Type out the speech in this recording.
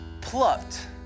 plucked